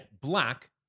black